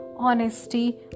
honesty